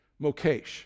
mokesh